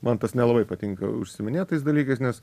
man tas nelabai patinka užsiiminėt tais dalykais nes